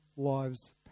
lives